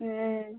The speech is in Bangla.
হ্যাঁ